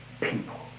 people